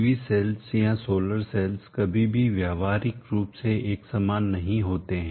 PV cells या solar cells कभी भी व्यवहारिक रूप से एक समान नहीं होते हैं